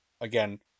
again